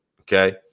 Okay